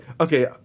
okay